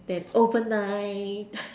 that open night